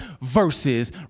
versus